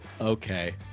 okay